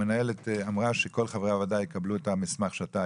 המנהלת אמרה שכל חברי הוועדה יקבלו את המסמך שאתה,